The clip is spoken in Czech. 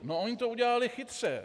No oni to udělali chytře.